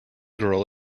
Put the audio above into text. girl